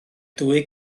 dwy